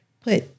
put